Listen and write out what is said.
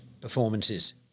performances